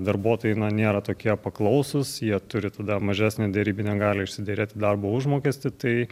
darbuotojai nėra tokie paklausūs jie turi tada mažesnę derybinę galią išsiderėti darbo užmokestį tai